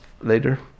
later